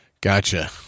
Gotcha